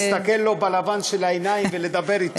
להסתכל לו בלבן של העיניים ולדבר אתו,